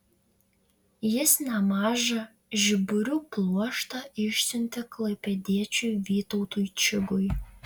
jis nemažą žiburių pluoštą išsiuntė klaipėdiečiui vytautui čigui